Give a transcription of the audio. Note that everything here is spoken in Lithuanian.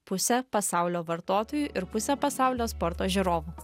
pusė pasaulio vartotojų ir pusė pasaulio sporto žiūrovų